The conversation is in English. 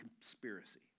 conspiracy